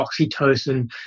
oxytocin